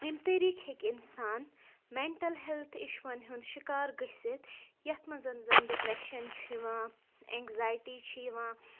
ییٚمہِ طریٖقہٕ ہیٚکہِ اِنسان مٮ۪نٹَل ہٮ۪لٕتھ اِشوَن ہُنٛد شِکار گٔژھِتھ یَتھ منٛز زَنہٕ ڈِپرٛٮ۪شَن چھُ یِوان اٮ۪نزایٹی چھِ یِوان